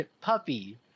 Puppy